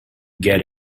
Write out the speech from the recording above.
get